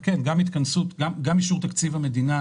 וכן, גם אישור תקציב המדינה